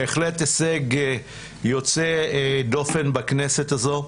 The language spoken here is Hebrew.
בהחלט הישג יוצא דופן בכנסת הזאת.